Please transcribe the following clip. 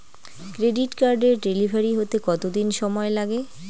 Credit কার্ডের delivery হতে কতদিন সময় লাগে?